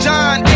John